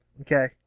okay